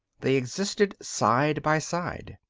they existed side by side.